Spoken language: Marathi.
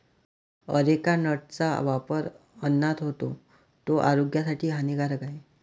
अरेका नटचा वापर अन्नात होतो, तो आरोग्यासाठी हानिकारक आहे